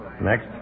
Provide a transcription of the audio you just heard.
Next